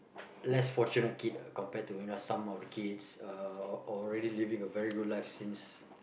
less fortunate kid compared to you know some of the kids uh already living a very good life since